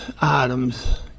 items